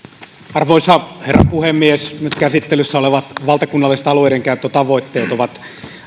arvoisa herra puhemies nyt käsittelyssä olevat valtakunnalliset alueidenkäyttötavoitteet ovat